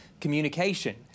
communication